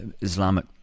Islamic